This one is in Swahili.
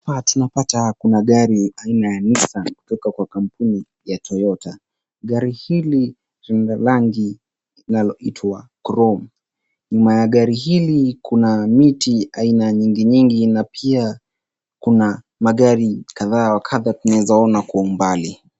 Hapa tunapata kuna gari aina ya Nissan kutoka kwa kampuni ya Toyota. Gari hili lina rangi linaloitwa chrome . Nyuma ya gari hili kuna miti aina nyingi nyingi na pia kuna magari kadha wa kadha tunaweza ona kwa umbali.